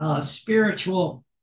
spiritual